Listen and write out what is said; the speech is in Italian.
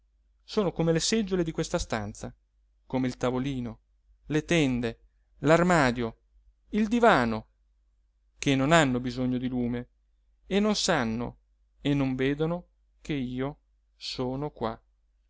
sono come le seggiole di questa stanza come il tavolino le tende l'armadio il divano che non hanno bisogno di lume e non sanno e non vedono che io sono qua